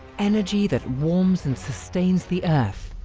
energy that warms and sustains the earth,